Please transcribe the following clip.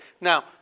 Now